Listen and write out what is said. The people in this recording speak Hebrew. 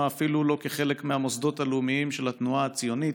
אפילו לא כחלק מהמוסדות הלאומיים של התנועה הציונית.